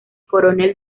coronel